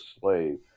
slave